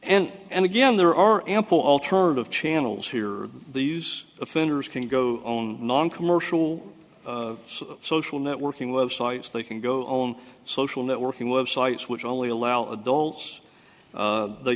and and again there are ample alternative channels here these offenders can go on noncommercial social networking websites they can go on social networking websites which only allow adults they